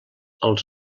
als